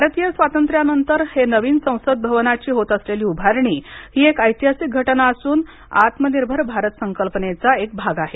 भारतीय स्वातंत्र्यानंतर हे नवीन संसद भवनाची होत असलेली उभारणी हि एक ऐतिहासिक घटना असून आत्मनिर्भर भारत संकल्पनेचा एक भाग आहे